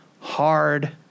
Hard